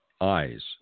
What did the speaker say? eyes